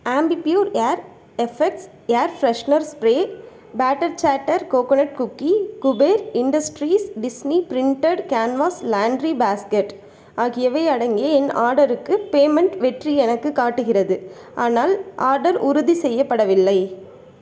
Ambi Pur air effects air freshener spray batter chatter coconut cookie Kuber industries Disney printed canvas laundry basket ஆகியவை அடங்கிய என் ஆடருக்கு payment வெற்றி எனக்கு காட்டுகிறது ஆனால் ஆர்டர் உறுதி செய்யப்படவில்லை